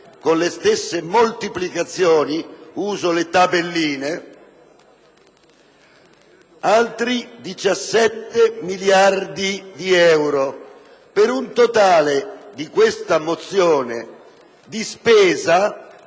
con le stesse moltiplicazioni (uso le tabelline), altri 17 miliardi di euro, per un totale di spesa, in base a